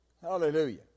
hallelujah